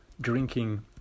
drinking